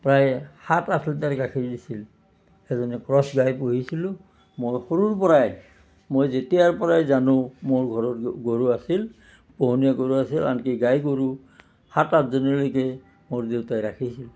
প্ৰায় সাত আঠ লিটাৰ গাখীৰ দিছিল এজনী ক্ৰছ গাই পুহিছিলোঁ মই সৰুৰ পৰাই মই যেতিয়াৰ পৰাই জানো মোৰ ঘৰত গৰু আছিল পোহনীয়া গৰু আছিল আনকি গাই গৰু সাত আঠজনীলৈকে মোৰ দেউতাই ৰাখিছিল